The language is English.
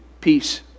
peace